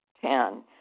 Ten